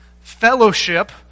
fellowship